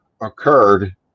occurred